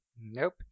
Nope